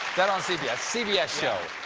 that on cbs? cbs show.